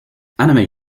anime